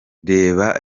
reba